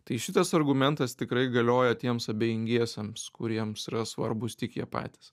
tai šitas argumentas tikrai galioja tiems abejingiesiems kuriems yra svarbūs tik jie patys